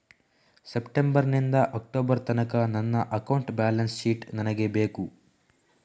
September ನಿಂದ October ತನಕ ನನ್ನ ಅಕೌಂಟ್ ಬ್ಯಾಲೆನ್ಸ್ ಶೀಟ್ ನನಗೆ ಬೇಕು